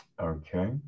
okay